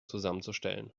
zusammenzustellen